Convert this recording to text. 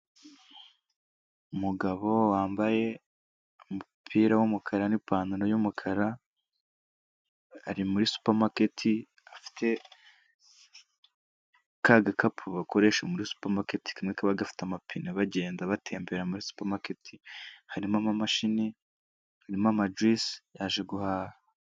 Umugabo wambaye umupira w'umukara n'ipantaro y'umukara, ari muri supermarket, afite kagakapu bakoresha muri supermarket kamwe kaba gafite amapine bagenda batembera muri supermarke, harimo ama mashini harimo amajuwise yaje guhaha.